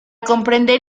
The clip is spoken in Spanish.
comprender